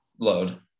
load